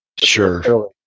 Sure